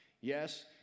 Yes